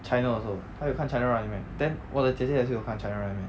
china also 他有看 china running man then 我的姐姐也是有看 china running man